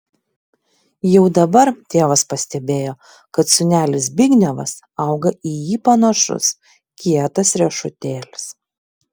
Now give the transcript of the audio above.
jau dabar tėvas pastebėjo kad sūnelis zbignevas auga į jį panašus kietas riešutėlis